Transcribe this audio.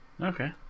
okay